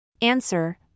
Answer